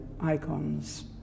icons